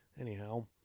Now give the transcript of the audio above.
anyhow